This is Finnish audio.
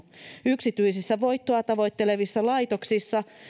yksityisissä voittoa tavoittelevissa laitoksissa